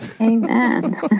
Amen